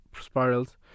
spirals